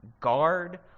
guard